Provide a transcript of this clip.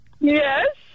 Yes